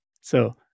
So-